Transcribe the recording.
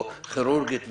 כירורגית וכו'.